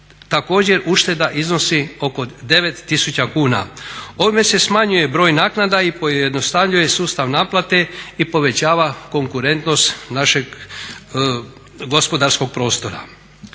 također ušteda iznosi oko 9 tisuća kuna. Ovime se smanjuje broj naknada i pojednostavljuje sustav naplate i povećava konkurentnost našeg gospodarskog prostora.